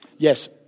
Yes